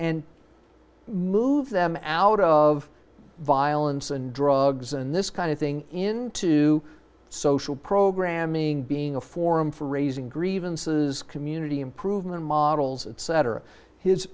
and move them out of violence and drugs and this kind of thing into social programming being a forum for raising grievances community improvement models et